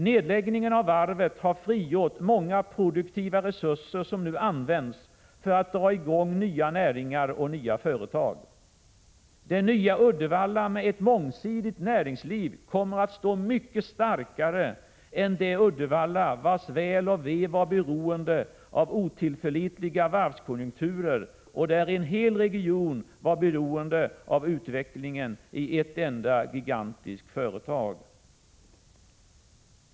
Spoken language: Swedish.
Nedläggningen av varvet har frigjort många produktiva resurser, som nu används för att dra i gång nya näringar och nya företag. Det nya Uddevalla med ett mångsidigt näringsliv kommer att stå mycket starkare än det Uddevalla, vars väl och ve var beroende av otillförlitliga varvskonjunkturer och där en hel region var beroende av utvecklingen i ett enda gigantiskt företag.